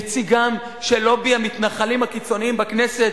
נציגם של לובי המתנחלים הקיצונים בכנסת,